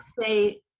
say